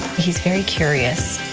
he's very curious.